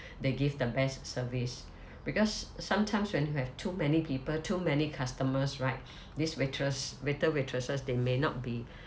they give the best service because sometimes when you have too many people too many customers right this waitress waiter waitresses they may not be